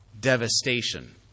devastation